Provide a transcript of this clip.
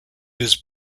his